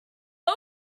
old